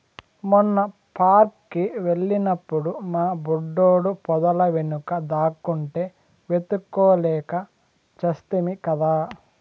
మొన్న పార్క్ కి వెళ్ళినప్పుడు మా బుడ్డోడు పొదల వెనుక దాక్కుంటే వెతుక్కోలేక చస్తిమి కదా